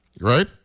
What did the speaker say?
right